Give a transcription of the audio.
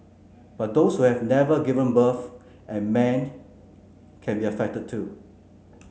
but those who have never given birth and man can be affected too